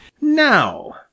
Now